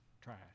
trash